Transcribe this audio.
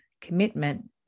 commitment